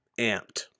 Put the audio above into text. amped